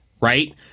right